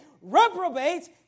Reprobates